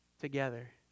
together